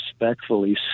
respectfully